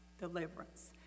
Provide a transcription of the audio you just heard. deliverance